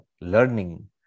learning